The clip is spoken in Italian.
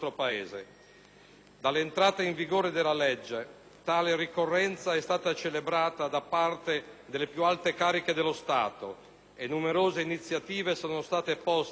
Dall'entrata in vigore della legge, tale ricorrenza è stata celebrata da parte delle più alte cariche dello Stato e numerose iniziative sono state poste in essere